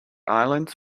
islands